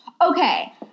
Okay